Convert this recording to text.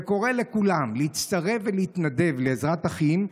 וקורא לכולם להצטרף ולהתנדב ל"עזרת אחים",